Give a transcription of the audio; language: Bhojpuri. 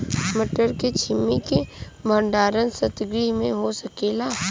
मटर के छेमी के भंडारन सितगृह में हो सकेला?